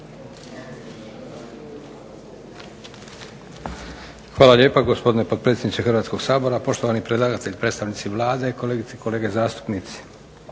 Hvala lijepa gospodine potpredsjedniče Hrvatskog sabora, poštovani predlagatelj, predstavnici Vlade, kolegice i kolege zastupnici.